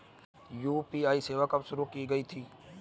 UPI सेवा कब शुरू की गई थी?